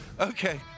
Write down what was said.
okay